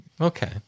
Okay